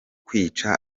kwica